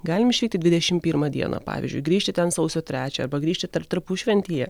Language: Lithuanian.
galim išvykti dvidešim pirmą dieną pavyzdžiui grįžti ten sausio trečią arba grįžti tar tarpušventyje